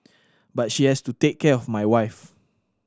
but she has to take care of my wife